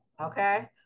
okay